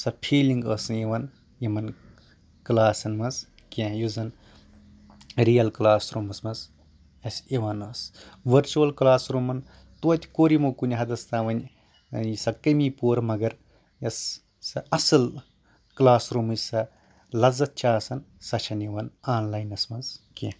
سۄ فیٖلِنٛگ ٲسۍ نہٕ یِوان یِمن کٕلاسن منٛز کیٚنٛہہ یُس زَن رِیل کٕلاس روٗمَس منٛز اَسہِ یِوان ٲسۍ ؤرچول کٕلاس روٗمَس توتہِ کوٚر یِمو کَنہِ حدس تام وۄنۍ سۄ کٔمی پوٗرٕ مَگر یۄس سۄ اَصٕل کٕلاس روٗمٕچ سۄ لَزت چھےٚ آسان سۄ چھےٚ نہٕ یِوان آن لینس منٛز کیٚنٛہہ